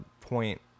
point